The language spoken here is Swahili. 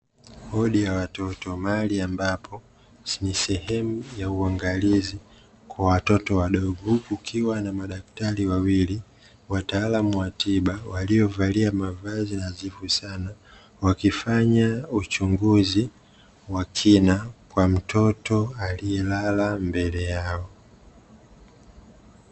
Wodi ya watoto ni mahali ambapo ni sehemu ya uangalizi kwa watoto wadogo huku kukiwa na madaktari wawili, wataalamu wa tiba waliovalia mavazi nadhifu sana, wakifanya uchunguzi wa kina kwa mtoto aliyelala mbele yao.